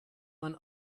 man